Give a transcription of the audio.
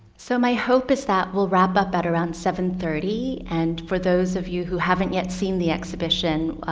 so my hope is that will wrap up at around seven thirty. and for those of you who haven't yet seen the exhibition,